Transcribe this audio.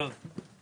טוב.